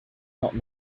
not